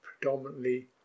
predominantly